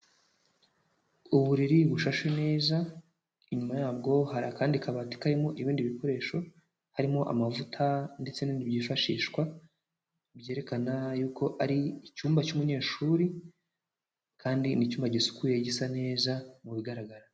Uburiri bushashe neza inyuma yabwo hari akandi kabati karimo ibindi bikoresho, harimo amavuta ndetse n'ibindi byifashishwa, byerekana yuko ari icyumba cy'umunyeshuri kandi ni icyuma gisukuye gisa neza mu bigaragara.